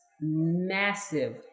massive